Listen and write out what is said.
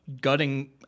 gutting